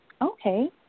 okay